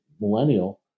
millennial